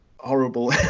horrible